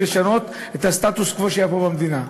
לשנות את הסטטוס-קוו שהיה פה במדינה.